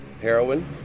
Heroin